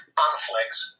conflicts